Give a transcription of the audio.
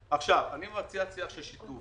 מציע שיח של שיתוף.